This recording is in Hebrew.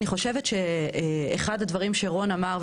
אני חושבת שאחד הדברים שרון אמר,